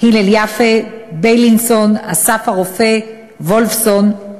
הלל יפה, בילינסון, אסף הרופא, וולפסון.